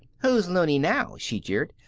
who's loony now? she jeered.